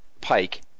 Pike